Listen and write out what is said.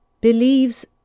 believes